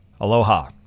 aloha